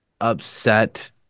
upset